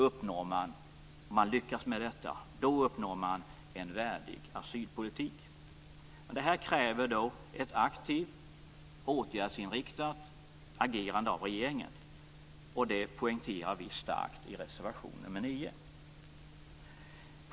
Om man lyckas med detta uppnår man en värdig asylpolitik. Detta kräver ett aktivt, åtgärdsinriktat agerande av regeringen. Det poängterar vi starkt i reservation nr 9.